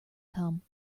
come